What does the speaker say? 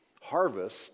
harvest